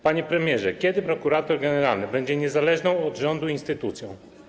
Panie premierze, kiedy prokurator generalny będzie niezależną od rządu instytucją?